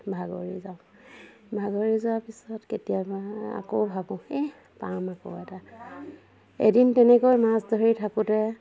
ভাগৰি যাওঁ ভাগৰি যোৱাৰ পিছত কেতিয়াবা আকৌ ভাবোঁ এহ পাম আকৌ এটা এদিন তেনেকৈ মাছ ধৰি থাকোঁতে